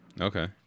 Okay